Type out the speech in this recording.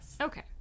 okay